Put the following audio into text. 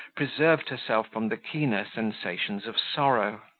preserved herself from the keener sensations of sorrow.